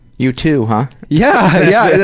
you too, huh? yeah!